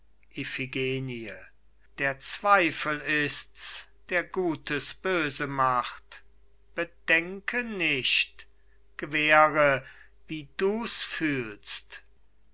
der zweifel ist's der gutes böse macht bedenke nicht gewähre wie du's fühlst